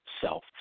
self